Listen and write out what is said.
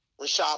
Rashad